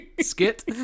skit